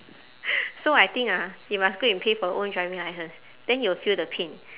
so I think ah you must go and pay for own driving licence then you will feel the pain